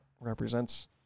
represents